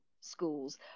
schools